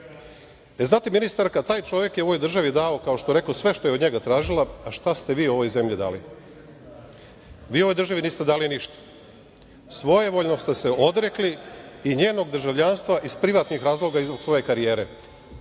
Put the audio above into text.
dam. Znate, ministarka, taj čovek je ovoj državi dao, kao što rekoh, sve što je od njega tražila, a šta ste vi ovoj zemlji dali? Vi ovoj državi niste dali ništa. Svojevoljno ste se odrekli i njenog državljanstva iz privatnih razloga i zbog svoje karijere,